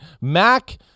Mac